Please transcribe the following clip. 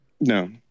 no